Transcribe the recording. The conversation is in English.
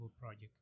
project